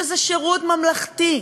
שזה שירות ממלכתי,